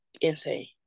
insane